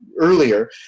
earlier